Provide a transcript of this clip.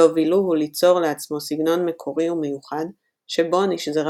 והובילוהו ליצור לעצמו סגנון מקורי ומיוחד שבו נשזרה